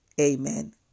Amen